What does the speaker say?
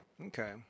Okay